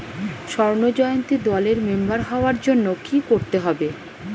স্বর্ণ জয়ন্তী দলের মেম্বার হওয়ার জন্য কি করতে হবে?